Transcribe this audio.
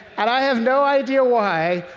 and i have no idea why,